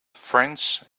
friends